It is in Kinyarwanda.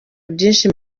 byinshi